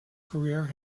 career